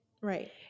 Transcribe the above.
Right